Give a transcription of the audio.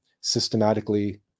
systematically